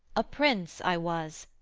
a prince i was,